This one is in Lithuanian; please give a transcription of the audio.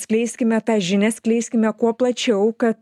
skleiskime tą žinią skleiskime kuo plačiau kad